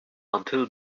until